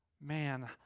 Man